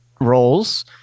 roles